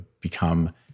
become